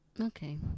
Okay